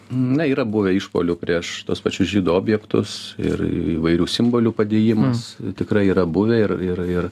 na yra buvę išpuolių prieš tuos pačius žydų objektus ir įvairių simbolių padėjimas tikrai yra buvę ir ir ir